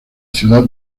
ciudad